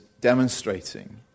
demonstrating